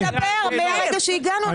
אנחנו מנסים לדבר מרגע שהגענו לפה.